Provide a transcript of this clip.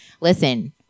listen